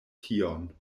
tion